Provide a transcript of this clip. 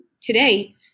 today